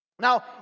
Now